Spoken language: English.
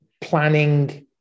planning